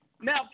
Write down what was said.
Now